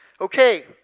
Okay